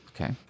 Okay